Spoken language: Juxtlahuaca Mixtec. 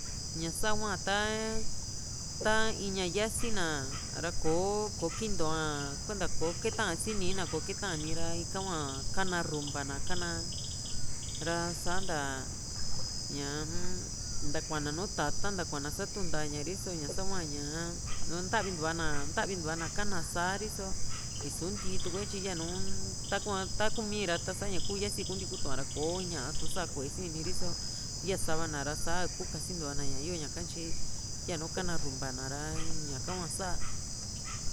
ña sa hua ta in ña yasi na´ra kò´o kò´o kintoa kuenta ko kitaa si nii na kò´o kitani ra hua kana rumba na kana ra san´ta ñaa-m ntakuana nu tata´n ntakuana sa tuntaa ña riso ñasa hua ña ntavintua na ka´na sa´a ri´so ni suu ntii tue tyi yanu taku mii ra sa ñaku yasii kuunti kutua´ra kò´o ñaa so sa ku´e sini ri´so ya sava na ra sa ikuu kasintua na ñayo ñaka tyi yanu kana rumba na´ra ñaka hua sa